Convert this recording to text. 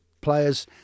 players